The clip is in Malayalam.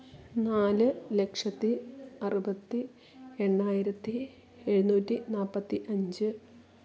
നാല് ലക്ഷത്തി അറുപത്തി എണ്ണായിരത്തി എഴുനൂറ്റി നാൽപ്പത്തി അഞ്ച്